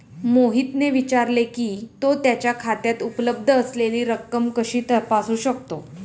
मोहितने विचारले की, तो त्याच्या खात्यात उपलब्ध असलेली रक्कम कशी तपासू शकतो?